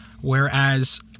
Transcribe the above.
whereas